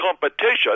competition